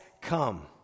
come